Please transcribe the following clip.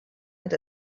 and